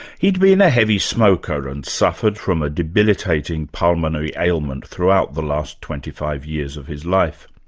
he'd been a heavy smoker and suffered from a debilitating pulmonary ailment throughout the last twenty five years of his life.